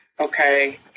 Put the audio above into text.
Okay